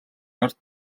ард